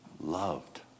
loved